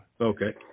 Okay